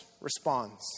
responds